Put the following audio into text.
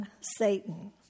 Satan